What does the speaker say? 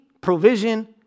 provision